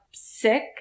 sick